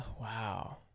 wow